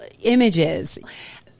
images